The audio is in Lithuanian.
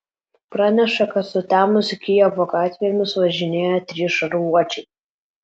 praneša kad sutemus kijevo gatvėmis važinėja trys šarvuočiai